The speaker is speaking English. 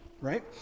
right